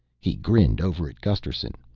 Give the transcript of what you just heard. he grinned over at gusterson.